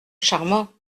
charmant